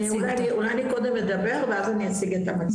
אולי אני קודם אדבר ואז אני אציג את המצגת.